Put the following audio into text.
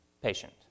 patient